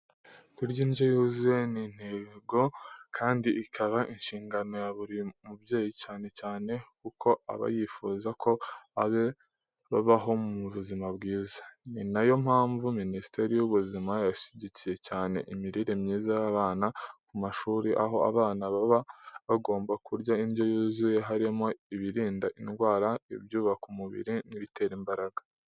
Kurya indyo yuzuye ni intego kandi ikaba inshingano ya buri mubyeyi cyane cyane kuko aba yifuza ko abe babaho mu buzima bwiza. Ni na yo mpamvu Minisiteri y'Uburezi yashyigikiye cyane imirire myiza y'abana ku mashuri aho abana baba bagomba kurya indyo yuzuye, harimo ibirinda indwara, ibyubaka umubiri n'ibitera imbaraga.